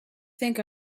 think